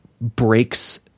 breaks